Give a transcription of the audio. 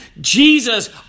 Jesus